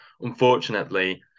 unfortunately